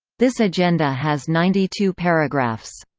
this agenda has ninety two paragraphs.